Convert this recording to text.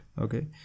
okay